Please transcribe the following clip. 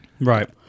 Right